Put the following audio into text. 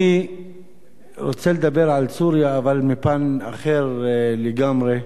אני רוצה לדבר על סוריה, אבל מפן אחר לגמרי,